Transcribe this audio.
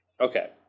Okay